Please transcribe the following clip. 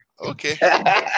Okay